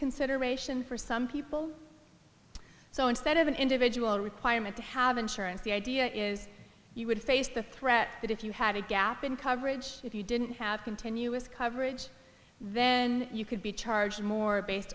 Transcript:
consideration for some people so instead of an individual requirement to have insurance the idea is you would face the threat that if you had a gap in coverage if you didn't have continuous coverage then you could be charged more based